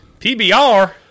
PBR